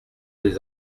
des